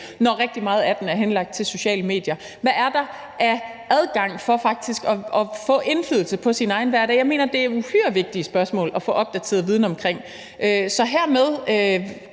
når rigtig meget af den er henlagt til sociale medier? Hvad er der af adgang til faktisk at få indflydelse på sin egen hverdag? Jeg mener, at det er uhyre vigtige spørgsmål at få opdateret viden omkring. Så hermed